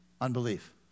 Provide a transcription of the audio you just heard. Unbelief